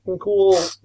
cool